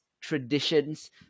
traditions